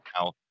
now